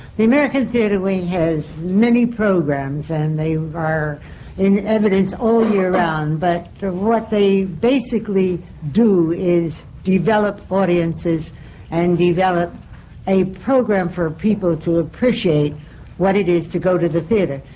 the american theatre wing has many programs, and they are in evidence all year round. but what they basically do is develop audiences and develop a program for people to appreciate what it is to go to the theatre,